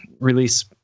release